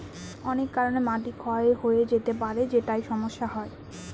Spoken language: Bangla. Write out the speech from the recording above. অনেক কারনে মাটি ক্ষয় হয়ে যেতে পারে যেটায় সমস্যা হয়